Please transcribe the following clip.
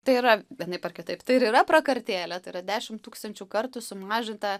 tai yra vienaip ar kitaip tai ir yra prakartėlė tai yra dešim tūkstančių kartų sumažinta